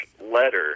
letter